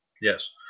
yes